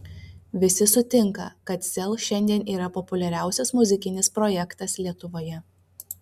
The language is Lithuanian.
visi sutinka kad sel šiandien yra populiariausias muzikinis projektas lietuvoje